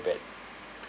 bad